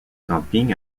camping